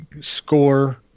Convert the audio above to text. score